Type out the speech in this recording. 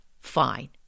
fine